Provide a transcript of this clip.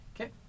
Okay